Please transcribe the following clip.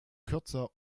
kürzer